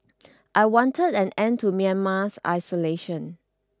I wanted an end to Myanmar's isolation